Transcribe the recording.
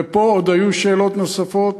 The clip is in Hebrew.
ופה עוד היו שאלות נוספות.